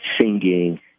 singing